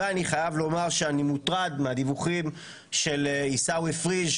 ואני חייב לומר שאני מוטרד מהדיווחים של עיסאווי פריג',